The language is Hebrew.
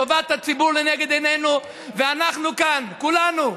טובת הציבור לנגד עינינו, ואנחנו כאן כולנו.